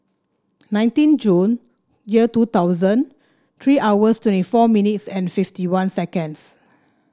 nineteen Jun year two thousand three hours twenty four minutes and fifty one seconds